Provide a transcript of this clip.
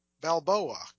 Balboa